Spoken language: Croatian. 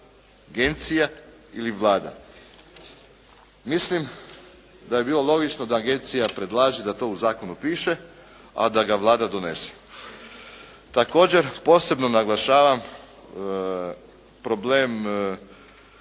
Agencija ili Vlada? Mislim da bi bilo logično da agencija predlaže da to u zakonu piše, a da ga Vlada donese. Također, posebno naglašavam problem